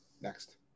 next